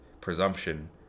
presumption